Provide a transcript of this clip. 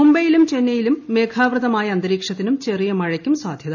മുംബൈയിലും ചെന്നൈയിലും മേഘാവൃതമായ അന്തരീക്ഷത്തിനും ചെറിയ മഴയ്ക്കും സാധ്യത